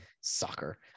soccer